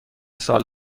سال